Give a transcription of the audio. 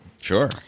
Sure